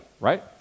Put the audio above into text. right